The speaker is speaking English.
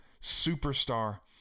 superstar